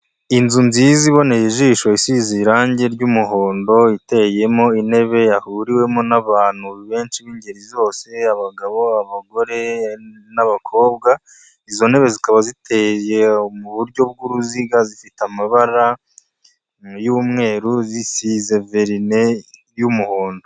Inzu nziza iboneye ijisho, isize irangi ry'umuhondo, iteyemo intebe, yahuriwemo n'abantu benshi b'ingeri zose, abagabo, abagore, n'abakobwa, izo ntebe zikaba ziteye mu buryo bw'uruziga, zifite amabara y'umweru, zisize verine y'umuhondo.